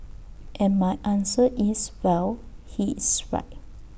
and my answer is well he's right